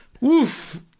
Woof